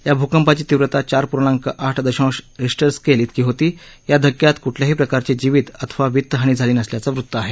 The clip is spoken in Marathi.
या भूकंपाची तीव्रता चार पूर्णांक आठ दशांश रिश्टर स्केल तेकी होती या धक्क्यात कुठल्याही प्रकारची जीवीत अथवा वित्त हानी झाली नसल्याचं वृत्त आहे